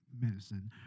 Medicine